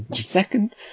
second